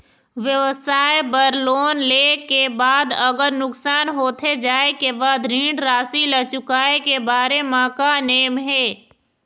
व्यवसाय बर लोन ले के बाद अगर नुकसान होथे जाय के बाद ऋण राशि ला चुकाए के बारे म का नेम हे?